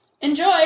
Enjoy